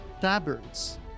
tabards